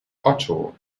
otto